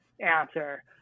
answer